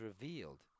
revealed